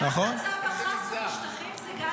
גם מצב החסה בשטחים, זה גם היא אשמה.